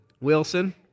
Wilson